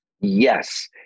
Yes